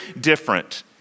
different